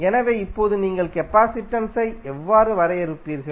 எனவே இப்போது நீங்கள் கெபாசிடன்ஸ் ஐ எவ்வாறு வரையறுப்பீர்கள்